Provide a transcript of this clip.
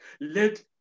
Let